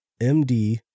MD